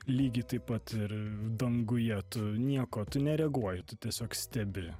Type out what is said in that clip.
lygiai taip pat ir danguje tu nieko tu nereaguoji tu tiesiog stebi